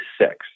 six